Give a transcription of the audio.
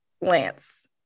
Lance